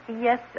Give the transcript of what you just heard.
yes